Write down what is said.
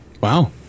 Wow